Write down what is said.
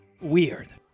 weird